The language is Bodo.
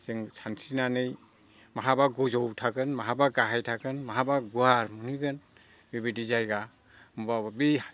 जों सानस्रिनानै बहाबा गोजौ थागोन बहाबा गाहाय थागोन बहाबा गुवार नुहैगोन बेबायदि जायगा होनबाबो बै